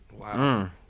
Wow